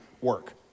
work